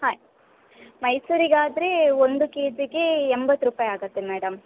ಹಾಂ ಮೈಸೂರಿಗಾದರೆ ಒಂದು ಕೆ ಜಿಗೆ ಎಂಬತ್ತು ರೂಪಾಯಿ ಆಗುತ್ತೆ ಮೇಡಮ್